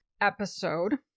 episode